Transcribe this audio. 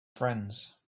friends